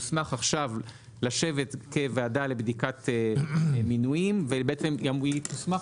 תוסמך עכשיו לשבת כוועדה לבדיקת מינויים והיא בעצם גם תוסמך